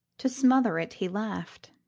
to smother it he laughed.